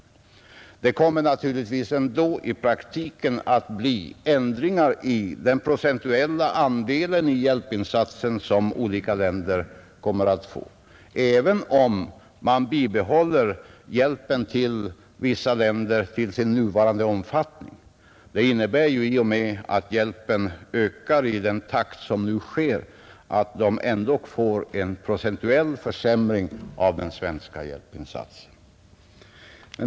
I praktiken kommer det naturligtvis ändå att bli förändringar i de procentuella andelarna av hjälpinsatser till olika länder, även om hjälpen till vissa länder bibehålls vid den nuvarande omfatt ningen, I och med att hjälpen ökar i nuvarande takt innebär det ändå en procentuell minskning av den svenska hjälpinsatsen till dessa länder.